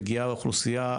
מגיעה אוכלוסייה,